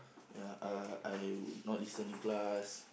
ya uh I would not listen in class